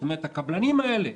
זאת אומרת, הקבלנים האלה,